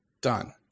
Done